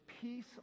peace